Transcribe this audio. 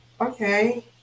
okay